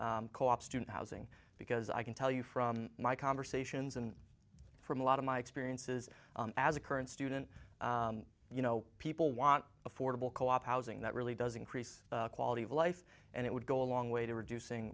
co op student housing because i can tell you from my conversations and from a lot of my experiences as a current student you know people want affordable co op housing that really does increase quality of life and it would go a long way to reducing